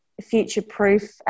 future-proof